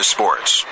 Sports